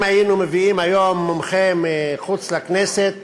אם היינו מביאים היום מומחה מחוץ לכנסת